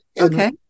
Okay